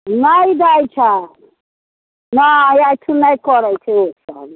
नहि दइ छै नहि एहिठिन नहि करैत छै ओ सब